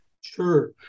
Sure